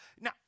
Now